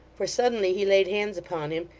for suddenly he laid hands upon him,